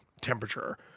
temperature